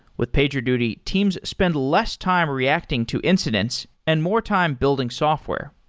with pagerduty, teams spend less time reacting to incidents and more time building software.